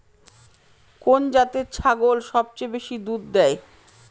কোন জাতের ছাগল সবচেয়ে বেশি দুধ দেয়?